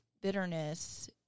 bitterness